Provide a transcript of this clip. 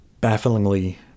bafflingly